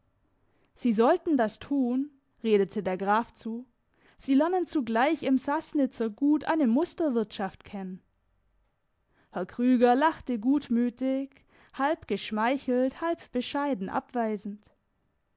sie sollten das tun redete der graf zu sie lernen zugleich im sassnitzer gut eine musterwirtschaft kennen herr krüger lachte gutmütig halb geschmeichelt halb bescheiden abweisend